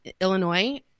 Illinois